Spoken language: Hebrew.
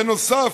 בנוסף,